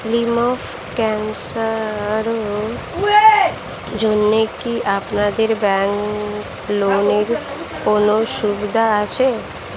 Lymph ক্যানসারের জন্য কি আপনাদের ব্যঙ্কে লোনের কোনও সুবিধা আছে?